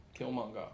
Killmonger